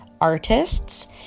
artists